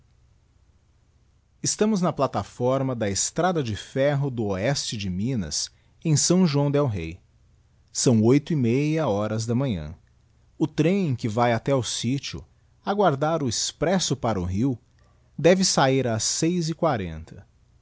estamos na plataforma da estrada de ferro do oeste de minas em s joão del rey são oito e meia horas da manhã o trem que vae até ao sitio aguardar o expresso para o rio deve sahir ás seis e quarenta